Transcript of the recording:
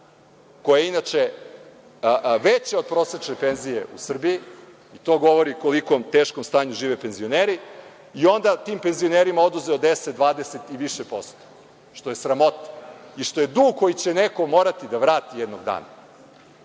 koja je inače veća od prosečne penzije u Srbiji i to govori koliko u teškom stanju žive penzioneri i onda tim penzionerima oduzeo 10%, 20% što je sramota i što je dug koji će neko morati da vrati jednog dana.